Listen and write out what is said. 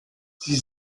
sie